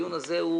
הדיון הזה הוא